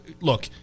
Look